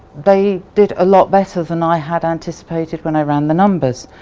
they did a lot better than i had anticipated when i ran the numbers.